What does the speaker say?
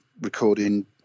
recording